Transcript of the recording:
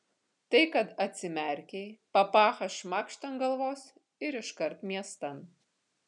tai kad atsimerkei papachą šmakšt ant galvos ir iškart miestan